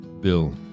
Bill